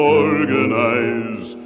organize